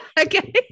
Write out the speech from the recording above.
Okay